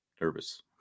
nervous